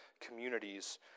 communities